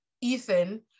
Ethan